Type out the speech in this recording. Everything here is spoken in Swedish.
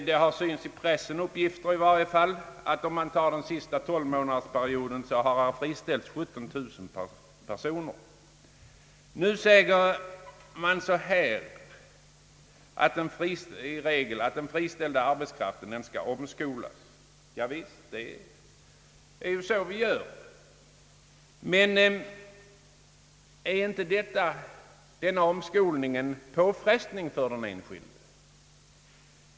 Det har i varje fall i pressen synts uppgifter om att under den senaste tolvmånadersperioden 17 000 personer har friställts. Det sägs i regel att den friställda arbetskraften skall omskolas. Javisst, det är ju så vi gör. Men är inte en omskolning en påfrestning för den enskilde?